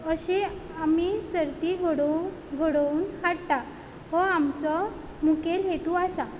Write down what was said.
अशी आमी सर्ती घडोव घडोवन हाडटा हो आमचो मुखेल हेतू आसा